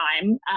time